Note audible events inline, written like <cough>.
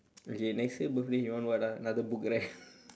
okay next year birthday you want what ah another book right <laughs>